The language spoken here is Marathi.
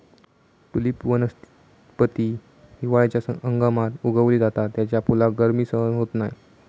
ट्युलिप वनस्पती हिवाळ्याच्या हंगामात उगवली जाता त्याच्या फुलाक गर्मी सहन होत नाय